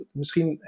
misschien